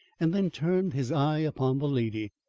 and then turned his eye upon the lady.